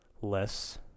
less